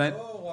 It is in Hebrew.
זה לא רק...